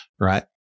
Right